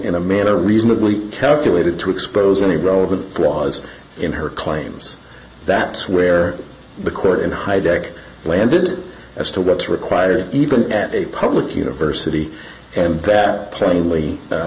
in a manner reasonably calculated to expose any relevant flaws in her claims that where the current high deck landed as to what to require even at a public university and that plainly